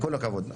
כל הכבוד.